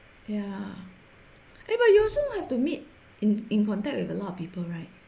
ya but you also have to meet in in contact with a lot of people right